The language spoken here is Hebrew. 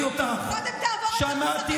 קודם תעבור את אחוז החסימה.